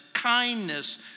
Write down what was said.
kindness